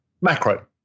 Macro